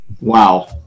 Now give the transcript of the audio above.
Wow